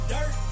Dirt